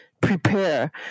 prepare